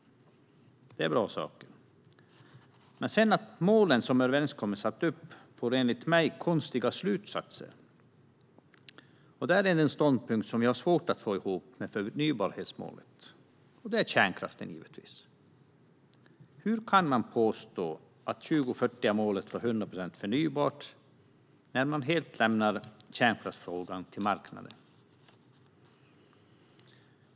Det är bra saker. Men sedan blir det, enligt mig, med de mål som man har satt upp i överenskommelsen konstiga slutsatser. Det är en ståndpunkt som jag har svårt att få ihop med förnybarhetsmålet. Det gäller givetvis kärnkraften. Hur kan man påstå att målet är att det år 2040 ska vara 100 procent förnybart när man helt lämnar kärnkraftsfrågan till marknaden?